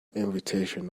invitation